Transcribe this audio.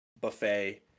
buffet